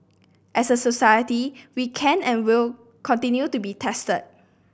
as a society we can and will continue to be tested